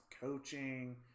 coaching